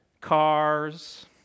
cars